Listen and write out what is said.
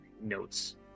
Notes